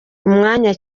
umwanya